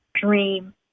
dream